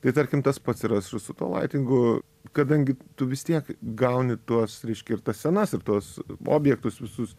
tai tarkim tas pats yra su su tuo laitingu kadangi tu vis tiek gauni tuos reiškia ir tas scenas ir tuos objektus visus